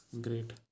great